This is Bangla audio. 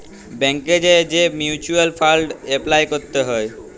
ব্যাংকে যাঁয়ে যে মিউচ্যুয়াল ফাল্ড এপলাই ক্যরতে হ্যয়